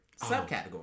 subcategory